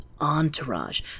entourage